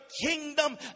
kingdom